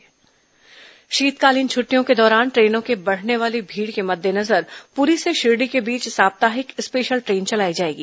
special train शीतकालीन छुट्टियों के दौरान ट्रेनों में बढ़ने वाली भीड़ के मद्देनजर पुरी से शिरडी के बीच साप्ताहिक स्पेशन ट्रेन चलाई जाएगी